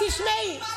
תשמעי.